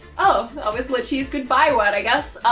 oh, always luci's goodbye one, i guess.